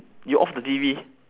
you off the T_V